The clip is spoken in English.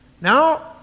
Now